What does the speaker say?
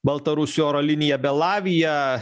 baltarusių oro linija belavija